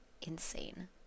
insane